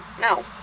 No